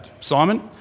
Simon